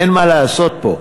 אין מה לעשות פה.